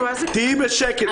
תהיי בשקט.